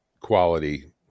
quality